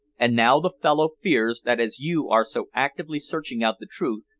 and now the fellow fears that as you are so actively searching out the truth,